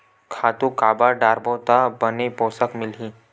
खातु काबर डारबो त बने पोषण मिलही?